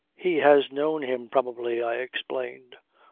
he has known him probably, i explained.